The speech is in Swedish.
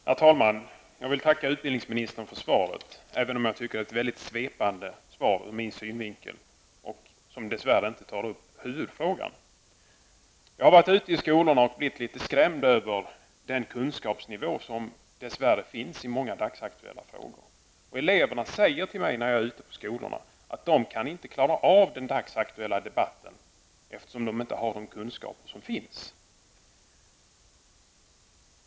Herr talman! Jag vill tacka utbildningsministern för svaret, även om jag ur min synvinkel finner det mycket svepande. Dess värre tas inte huvudfrågan upp. Jag har varit ute i skolorna och blivit litet skrämd av den kunskapsnivå som tyvärr finns i många dagsaktuella frågor. Eleverna säger till mig att de inte kan klara av den dagsaktuella debatten, eftersom de inte har de kunskaper som står till buds.